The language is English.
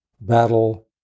battle